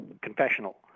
confessional